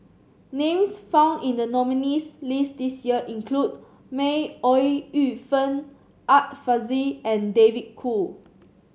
names found in the nominees' list this year include May Ooi Yu Fen Art Fazil and David Kwo